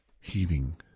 heating